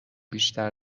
بیشتر